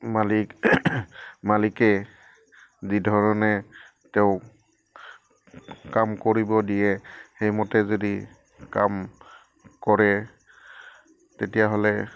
মালিক মালিকে যিধৰণে তেওঁক কাম কৰিব দিয়ে সেইমতে যদি কাম কৰে তেতিয়াহ'লে